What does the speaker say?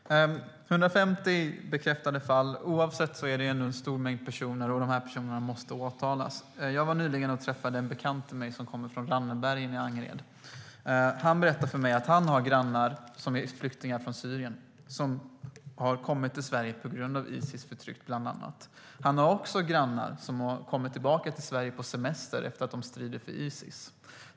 Fru talman! 150 bekräftade fall - även det är ett stort antal personer, och de måste åtalas. Jag träffade nyligen en bekant från Rannebergen i Angered. Han har grannar som är flyktingar från Syrien, som har kommit till Sverige bland annat på grund av Isis förtryck. Han har också grannar som har kommit tillbaka till Sverige på semester efter att ha stridit för Isis.